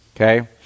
Okay